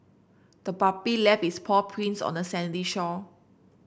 the puppy left its paw prints on the sandy shore